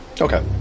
Okay